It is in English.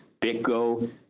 BitGo